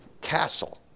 castle